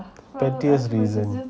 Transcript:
pettiest reason